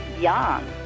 young